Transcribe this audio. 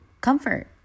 comfort